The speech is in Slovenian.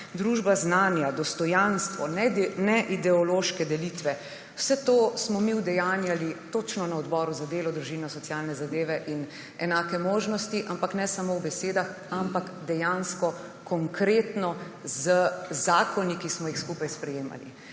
družba znanja, dostojanstvo, neideološke delitve −, vse to smo mi udejanjali točno na Odboru za delo, družino, socialne zadeve in enake možnosti, ampak ne samo v besedah, ampak dejansko, konkretno z zakoni, ki smo jih skupaj sprejemali.